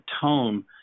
tone